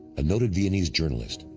a noted viennese journalist,